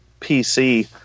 PC